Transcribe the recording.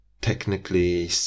technically